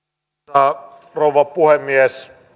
arvoisa rouva puhemies